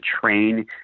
train